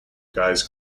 guys